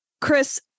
Chris